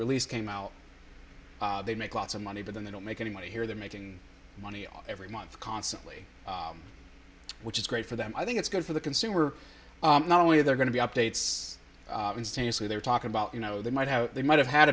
release came out they make lots of money but then they don't make any money here they're making money every month constantly which is great for them i think it's good for the consumer not only are there going to be updates instead you see they're talking about you know they might have they might have had